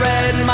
Red